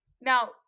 now